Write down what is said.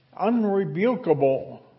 unrebukable